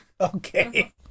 Okay